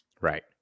Right